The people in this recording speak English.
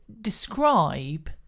describe